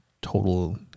total